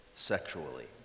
sexually